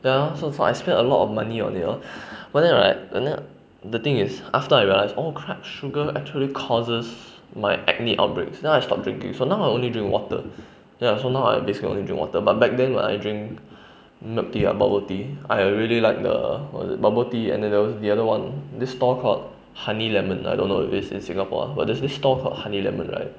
ya so so I spend a lot of money on it lor but then right but then the thing is after I realize oh crap sugar actually causes my acne outbreaks then I stop drinking so now I only drink water ya so now I basically only drink water but back then I drink milk tea ah bubble tea I really like the what is bubble tea and then there was the theother one this stall called honey lemon I don't know if it's in singapore or not but there is this stall call honey lemon right